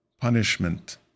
punishment